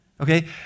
okay